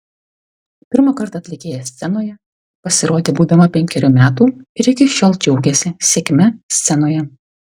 pirmą kartą atlikėja scenoje pasirodė būdama penkerių metų ir iki šiol džiaugiasi sėkme scenoje